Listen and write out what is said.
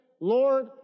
Lord